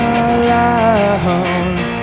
alone